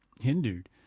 hindered